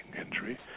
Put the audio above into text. injury